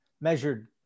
measured